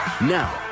Now